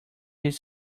his